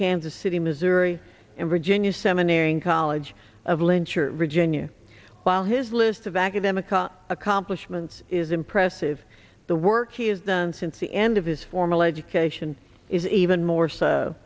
kansas city missouri and virginia seminary in college of lynch or virginia while his list of academic or accomplishments is impressive the work he has done since the end of his formal education is even more so